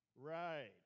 Right